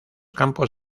campos